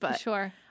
Sure